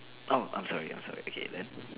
orh I'm sorry I'm sorry okay then